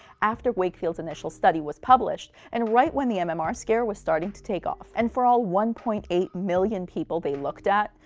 after wakefield's initial study was published, and right when the um mmr scare was starting to take off. and for all one point eight million people they looked at,